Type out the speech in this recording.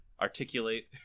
articulate